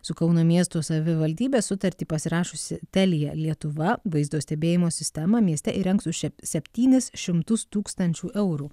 su kauno miesto savivaldybe sutartį pasirašiusi telia lietuva vaizdo stebėjimo sistemą mieste įrengs už septynis šimtus tūkstančių eurų